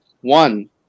one